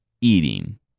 Eating